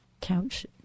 couch